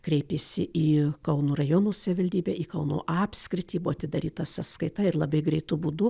kreipėsi į kauno rajono savivaldybę į kauno apskritį buvo atidaryta sąskaita ir labai greitu būdu